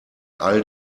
all